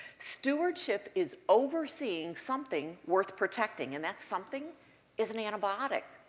stewardship is overseeing something worth protecting, and that something is an antibiotic.